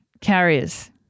carriers